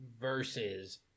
versus